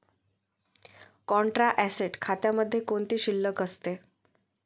Contra asset खात्यामध्ये कोणती शिल्लक असते?